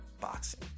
boxing